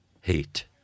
hate